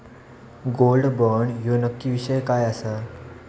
Gold bond ह्यो नक्की विषय काय आसा?